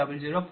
0000431730